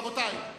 רבותי,